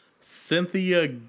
Cynthia